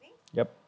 yup